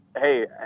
hey